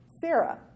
Sarah